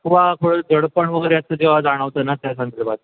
किंवा थोडं जडपण वगैरे असं जेव्हा जाणवतं ना त्या संदर्भात